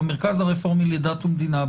במרכז הרפורמי לדת ומדינה,